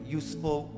useful